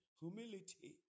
humility